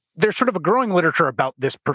there's sort of a growing literature about this,